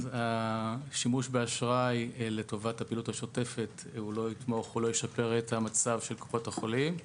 השימוש באשראי לטובת הפעילות השוטפת לא ישפר את מצב קופות החולים.